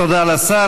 תודה לשר.